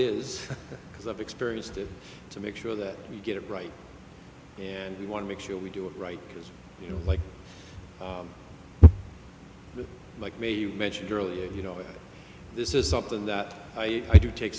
because i've experienced it to make sure that we get it right and we want to make sure we do it right because you know like like me you mentioned earlier you know this is something that i i do take